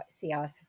theosophy